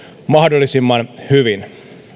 mahdollisimman hyvin